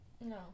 No